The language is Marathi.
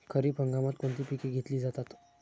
खरीप हंगामात कोणती पिके घेतली जातात?